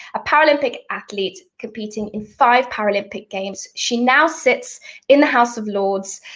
a paralympic athlete, competing in five paralympic games, she now sits in the house of lords,